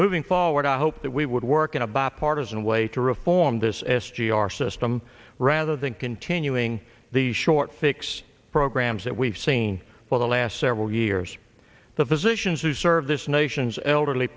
moving forward i hope that we would work in a bipartisan way to reform this s g r system rather than continuing the short fix programs that we've seen for the last several years the physicians who serve this nation's elderly